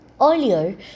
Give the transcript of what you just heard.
Earlier